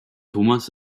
thomas